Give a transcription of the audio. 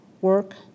work